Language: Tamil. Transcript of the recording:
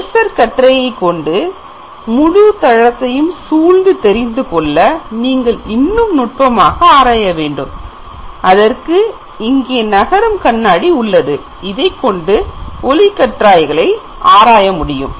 லேசர் கற்றையை கொண்டு முழு தளத்தை சூழ்ந்து தெரிந்துகொள்ள நீங்கள் இன்னும் நுட்பமாக ஆராய வேண்டும் இங்கே நகரும் கண்ணாடி உள்ளது இதை கொண்டு ஒளிக்கற்றைகளை ஆராய முடியும்